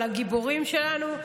על הגיבורים שלנו.